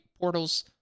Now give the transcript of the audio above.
Portals